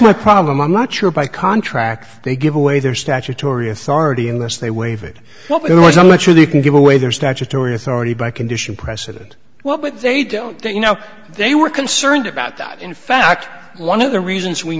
my problem i'm not sure by contract they give away their statutory authority unless they waive it what we want to let you do you can give away their statutory authority by condition precedent well but they don't do you know they were concerned about that in fact one of the reasons we